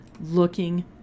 looking